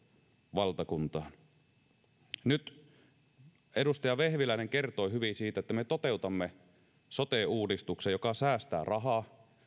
valtakuntaan edustaja vehviläinen kertoi hyvin siitä että me toteutamme sote uudistuksen joka säästää rahaa